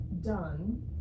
done